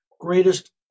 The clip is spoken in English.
greatest